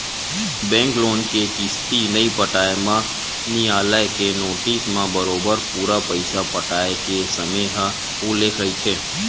bank loan के किस्ती नइ पटाए म नियालय के नोटिस म बरोबर पूरा पइसा पटाय के समे ह उल्लेख रहिथे